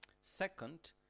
Second